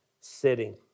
sitting